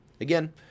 Again